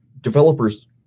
developers